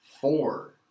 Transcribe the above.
Four